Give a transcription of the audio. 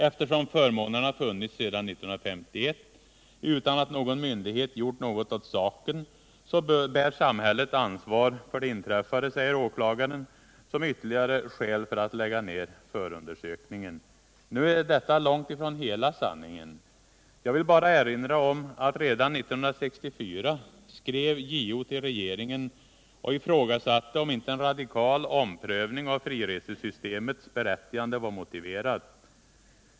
Eftersom förmånerna funnits sedan 1951 utan att någon myndighet gjort något åt saken så bär samhället ansvar för det inträffade, säger åklagaren som ytterligare skäl för att lägga ned förundersökningen. Nu är detta långt ifrån hela sanningen. Jag vill bara erinra om att JO redan 1964 skrev till regeringen och ifrågasatte om inte en radikal omprövning av friresesystemets berättigande var motiverad.